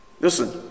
Listen